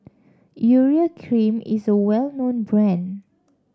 Urea Cream is a well known brand